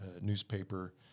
newspaper